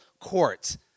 courts